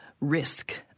risk